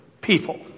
people